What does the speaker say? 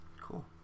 cool